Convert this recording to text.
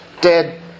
dead